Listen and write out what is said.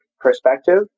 perspective